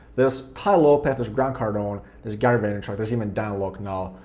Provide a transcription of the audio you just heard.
there's tai lopez, there's grant cardone, there's gary vaynerchuk, there's even dan lok now,